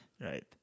Right